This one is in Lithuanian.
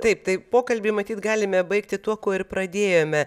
taip tai pokalbį matyt galime baigti tuo kuo ir pradėjome